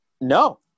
No